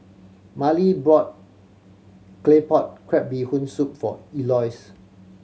Mallie brought Claypot Crab Bee Hoon Soup for Elois